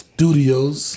Studios